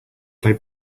play